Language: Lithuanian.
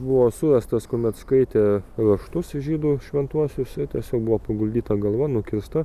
buvo surastas kuomet skaitė raštus žydų šventuosius ir tiesiog buvo paguldyta galva nukirsta